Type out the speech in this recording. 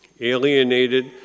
alienated